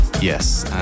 Yes